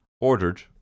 Ordered